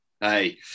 hey